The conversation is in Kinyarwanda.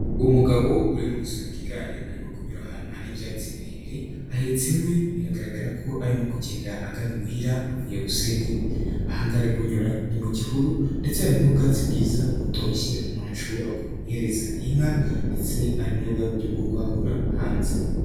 Umugabo urimo gusunika igare arimo kunyura ahantu hari ibyatsi birebire ahetse inkwi, bigaragara ko arimo kugenda agana imuhira avuye gusenya inkwi, ahangaha ari kunyura ni mu gihuru ndetse hari n'ubwatsi bwiza butoshye umuntu ashobora guhereza inka ndetse ari muri bwa buryo bwo kwahura hanze.